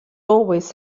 always